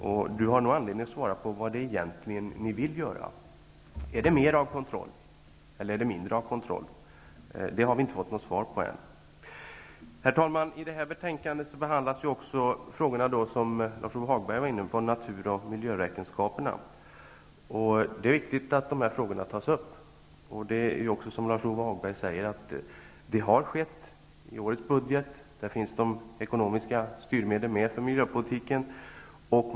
Richard Ulfvengren har nog anledning att redogöra för vad ni i Ny demokrati egentligen vill göra. Vill ni har mer eller mindre av kontroll? Den frågan har vi ännu inte fått något svar på. Herr talman! I detta betänkande behandlas också de frågor som Lars-Ove Hagberg var inne på, nämligen frågor om natur och miljöräkenskaperna. Det är viktigt att dessa frågor tas upp. Som Lars-Ove Hagberg sade har detta tagits upp i årets budget, där de ekonomiska styrmedlen för miljöpolitiken finns med.